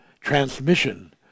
transmission